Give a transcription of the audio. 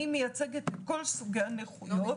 אני מייצגת את כל סוגי הנכויות -- תסכמי.